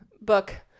book